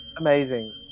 Amazing